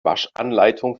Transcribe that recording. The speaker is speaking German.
waschanleitung